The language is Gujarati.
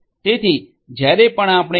તેથી જ્યારે પણ આપણે એસ